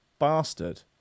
bastard